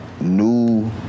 new